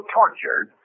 tortured